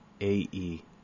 A-E